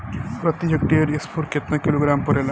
प्रति हेक्टेयर स्फूर केतना किलोग्राम परेला?